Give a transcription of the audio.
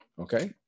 okay